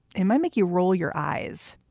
it might make you roll your eyes.